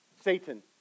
Satan